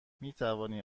میتوانی